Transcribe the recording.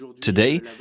today